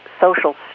social